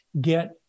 get